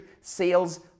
sales